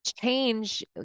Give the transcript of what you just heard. change